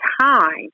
time